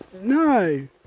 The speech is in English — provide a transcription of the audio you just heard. no